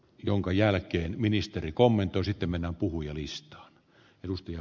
jonka jälkeen ministeri kommentoisitte mennä puhujalistan edustaja